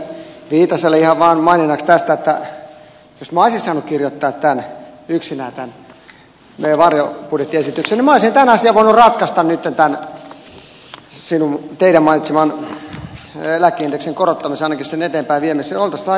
viitaselle ihan vaan maininnaksi tästä että jos minä olisin saanut kirjoittaa yksinään tämän meidän varjobudjettiesityksemme niin minä olisin tänään voinut ratkaista sen teidän mainitsemanne eläkeindeksin korottamisen ainakin sen eteenpäinviemisen